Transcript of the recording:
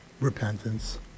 Repentance